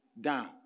down